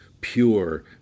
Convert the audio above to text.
pure